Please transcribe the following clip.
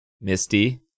Misty